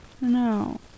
no